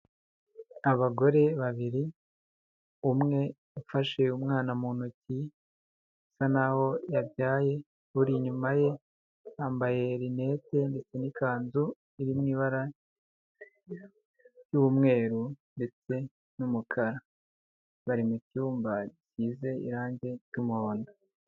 Abagore babiri umwe ufashe umwana mu ntoki asa naho yabyaye, buri inyuma ye yambaye rinete ndetse n'ikanzu iri mu ibara ry'umweru ndetse n'umukara, bari mu cyumba gisize irangi ry'umuhondo.